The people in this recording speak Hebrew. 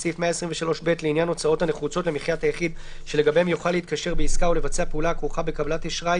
(1) היחיד לא יתקשר בעסקת בעסקה אשראי או יבצע פעולה הכרוכה בקבלת אשראי